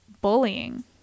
bullying